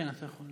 כן, אתה יכול.